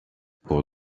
pour